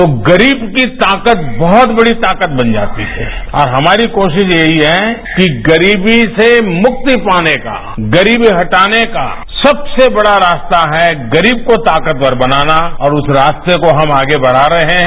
तो गरीब की ताकत बहुत बड़ी ताकत बन जाती है और हमारी कोशिस यही है कि गरीबी से मुक्ति पाने का गरीबी हटाने का सबसे बड़ा रास्ता है गरीब को ताकतवर बनाना और उस रास्ते को हम आगे बढ़ा रहे हैं